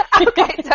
Okay